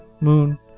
Moon